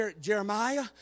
Jeremiah